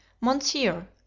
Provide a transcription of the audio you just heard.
Monsieur